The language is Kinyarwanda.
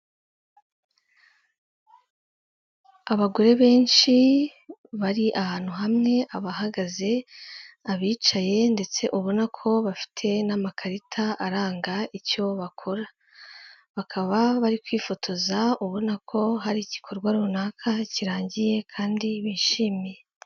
Abagore benshi bari ahantu hamwe, abahagaze, abicaye ndetse ubona ko bafite n'amakarita aranga icyo bakora, bakaba bari kwifotoza, ubona ko hari igikorwa runaka kirangiye kandi bishimiye.